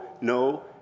no